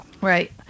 Right